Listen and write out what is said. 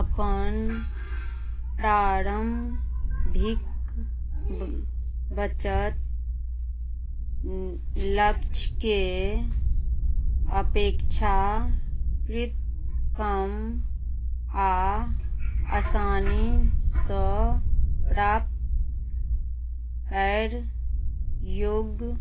अपन प्रारम्भिक बचत लक्ष्यके अपेक्षा कृतकम आ असानीसँ प्राप्त करय योग्य